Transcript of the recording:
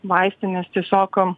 vaistinės tiesiog